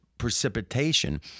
Precipitation